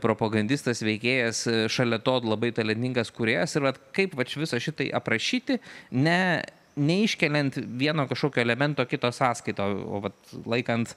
propagandistas veikėjas šalia to labai talentingas kūrėjas ir vat kaip vat visa šitai aprašyti ne neiškeliant vieno kažkokio elemento kito sąskaita o vat laikant